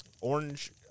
orange